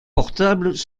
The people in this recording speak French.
portables